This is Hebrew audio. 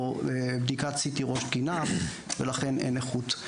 או בדיקת סי-טי ראש תקינה ולכן אין נכות.